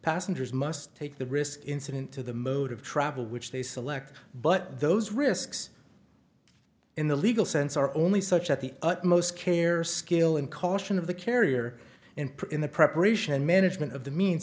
passengers must take the risk incident to the mode of travel which they select but those risks in the legal sense are only such at the utmost care skill and caution of the carrier in prayer in the preparation management of the means